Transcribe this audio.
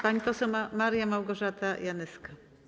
Pani poseł Maria Małgorzata Janyska.